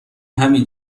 همین